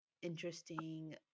interesting